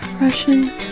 Russian